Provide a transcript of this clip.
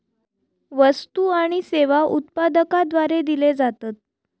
वस्तु आणि सेवा उत्पादकाद्वारे दिले जातत